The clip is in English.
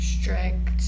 Strict